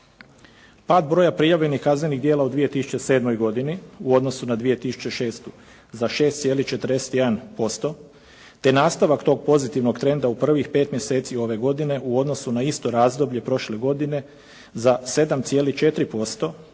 Pad broja prijavljenih kaznenih djela u 2007. godini u odnosu na 2006. za 6,41% te nastavak tog pozitivnog trenda u prvih pet mjeseci ove godine u odnosu na isto razdoblje prošle godine za 7,4%